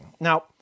Now